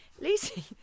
Lucy